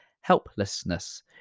helplessness